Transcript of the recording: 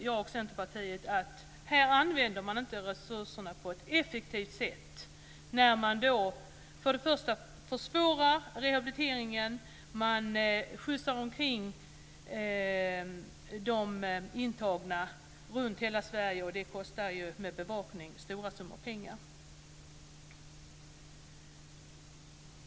Jag och Centerpartiet anser att man här inte använder resurserna på ett effektivt sätt när man försvårar rehabiliteringen, man skjutsar omkring de intagna runt hela Sverige. Det kostar med bevakning stora summor pengar.